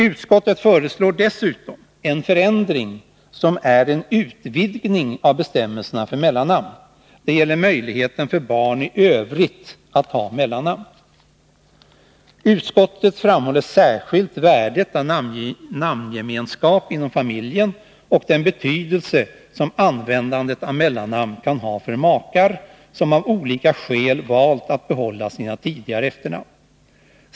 Utskottet föreslår dessutom en förändring som är en utvidgning av bestämmelserna för mellannamn. Det gäller möjligheten för barn i övrigt att ta mellannamn. Utskottet framhåller särskilt värdet av namngemenskap inom familjen och den betydelse som användandet av mellannamn kan ha för makar som av olika skäl valt att behålla sina tidigare efternamn.